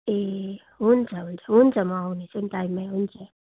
ए हुन्छ हुन्छ हुन्छ म आउनेछु नि टाइममै हुन्छ